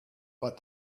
but